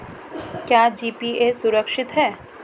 क्या जी.पी.ए सुरक्षित है?